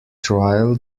trial